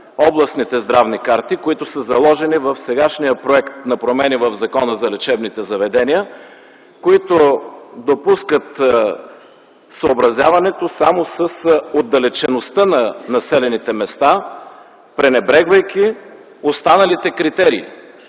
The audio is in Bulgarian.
областните здравни карти, които са заложени в сегашния проект на промени в Закона за лечебните заведения? Те допускат съобразяването само с отдалечеността на населените места, пренебрегвайки останалите критерии